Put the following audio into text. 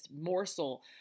morsel